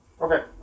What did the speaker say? Okay